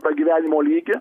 pragyvenimo lygį